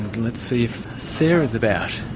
let's see if sarah's about.